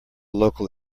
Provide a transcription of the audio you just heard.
local